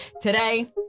Today